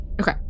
Okay